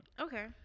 okay